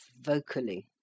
vocally